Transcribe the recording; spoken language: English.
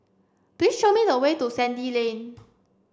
please show me the way to Sandy Lane